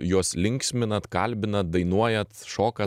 juos linksminat kalbinat dainuojat šokat